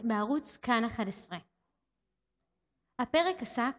בערוץ "כאן 11". הפרק עסק